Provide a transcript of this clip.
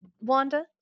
wanda